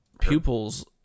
pupils